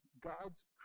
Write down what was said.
God's